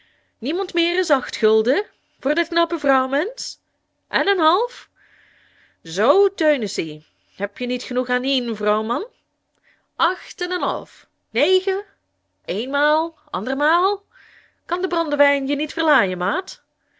niemand meer as acht gulden voor dat knappe vrouwmensch en en half zoo teunesie hebje niet genoeg an ien vrouw man acht en en half negen eenmaal andermaal kan de brandewijn je niet verlaiën maat